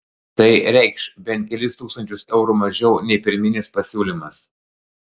tai reikš bent kelis tūkstančius eurų mažiau nei pirminis pasiūlymas